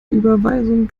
überweisungen